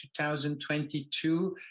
2022